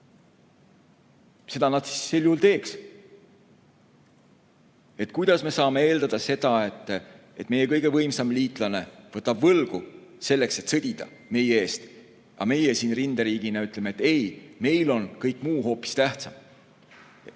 Seda nad sel juhul teeks. Kuidas me saame eeldada seda, et meie kõige võimsam liitlane võtab võlgu selleks, et sõdida meie eest, aga meie siin rinderiigina ütleme, et meile on kõik muu hoopis tähtsam?